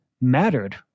mattered